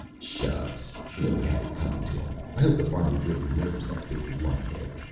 shucks neely had it coming to him. i hope the farmer really murders that big lunkhead.